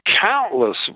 countless